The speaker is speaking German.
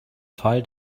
fall